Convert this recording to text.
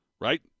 right